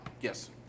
yes